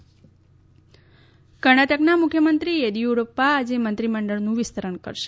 કર્ણાટક કર્ણાટકના મુખ્યમંત્રી યેદીયુરપ્પા આજે મંત્રીમંડળનું વિસ્તરણ કરશે